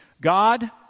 God